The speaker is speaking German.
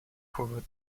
kurve